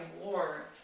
war